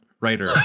writer